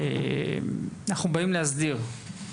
אנחנו באים להסדיר.